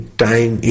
time